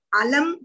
alam